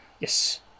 Yes